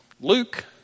Luke